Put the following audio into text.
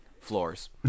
floors